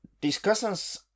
discussions